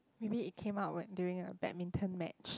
maybe it come out when during a badminton match